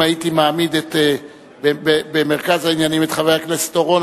הייתי מעמיד במרכז העניינים את חבר הכנסת אורון,